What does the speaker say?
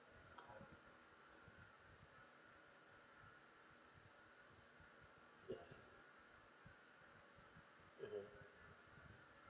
yes mmhmm